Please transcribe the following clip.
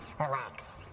Relax